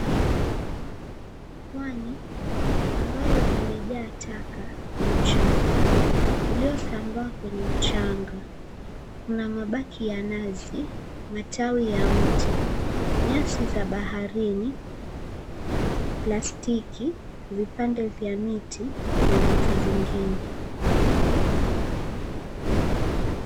Pwani ambayo imejaa taka na uchafu uliosambaa kwenye mchanga. Kuna mabaki ya nazi, matawi ya mti, nyasi za baharini, plastiki, vipande vya 𝑚𝑖𝑡𝑖 na vitu vingine.